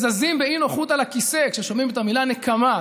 זזים באי-נוחות על הכיסא כששומעים את המילה "נקמה".